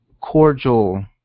cordial